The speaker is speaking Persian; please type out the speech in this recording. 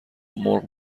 مرغ